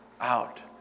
out